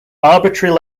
arbitrary